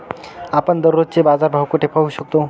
आपण दररोजचे बाजारभाव कोठे पाहू शकतो?